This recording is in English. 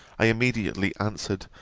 i immediately answered,